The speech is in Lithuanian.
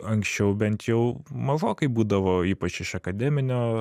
anksčiau bent jau mažokai būdavo ypač iš akademinio